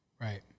Right